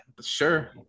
Sure